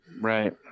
Right